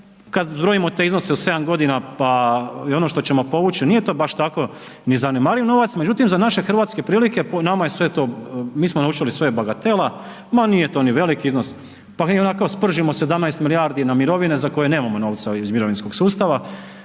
kad zbrojimo te iznose u 7 godina pa i ono što ćemo povući nije to baš tako ni zanemariv novac, međutim za naše hrvatske prilike nama je sve to, mi smo naučili sve je bagatela, ma nije to ni velik iznos, pa mi ionako spržimo 17 milijardi na mirovine za koje nemamo novca iz mirovinskog sustava.